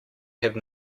have